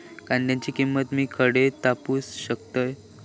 कांद्याची किंमत मी खडे तपासू शकतय?